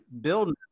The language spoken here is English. building